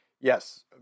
Yes